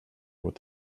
with